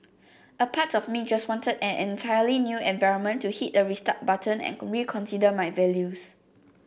a part of me just wanted an entirely new environment to hit the restart button and reconsider my values